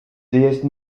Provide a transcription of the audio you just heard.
déesses